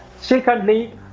Secondly